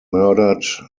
murdered